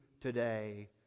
today